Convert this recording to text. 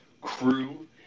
crew